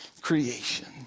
creation